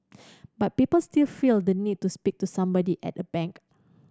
but people still feel the need to speak to somebody at a bank